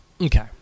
Okay